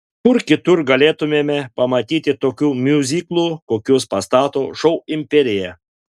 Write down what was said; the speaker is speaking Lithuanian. kur kitur galėtumėme pamatyti tokių miuziklų kokius pastato šou imperija